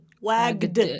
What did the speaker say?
wagged